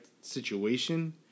situation